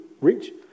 rich